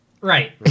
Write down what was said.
Right